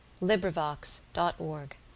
LibriVox.org